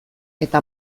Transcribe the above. eta